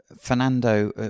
Fernando